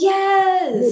yes